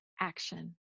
action